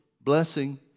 blessing